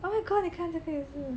oh my god 你看这个是